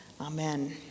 Amen